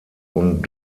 und